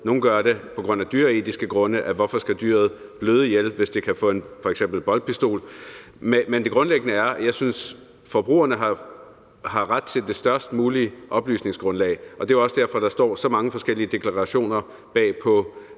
ville gøre det af dyreetiske grunde, for hvorfor skal dyret bløde ihjel, hvis man i stedet for kan bruge f.eks. en boltpistol? Men det grundlæggende er, at jeg synes, at forbrugerne har ret til det størst mulige oplysningsgrundlag. Det er også derfor, der står så mange forskellige deklarationer bag på